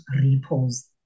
Repose